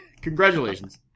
Congratulations